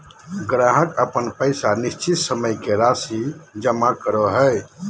ग्राहक अपन पैसा निश्चित समय के राशि जमा करो हइ